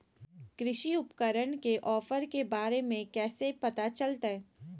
कृषि उपकरण के ऑफर के बारे में कैसे पता चलतय?